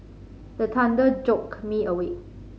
the thunder jolt me awake